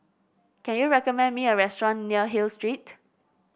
can you recommend me a restaurant near Hill Street